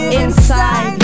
inside